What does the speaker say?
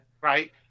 Right